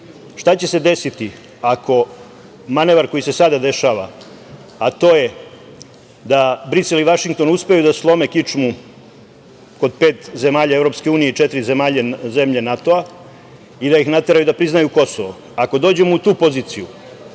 šta će se desiti ako manevar koji se sada dešava, a to je da Brisel i Vašington uspeju da slome kičmu kod pet zemalja EU i četiri zemlje NATO-a i da ih nateraju da priznaju Kosovo, ako dođemo u tu poziciju